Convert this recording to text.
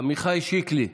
עמיחי שיקלי,